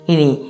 Ini